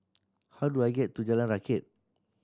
how do I get to Jalan Rakit